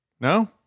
No